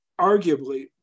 arguably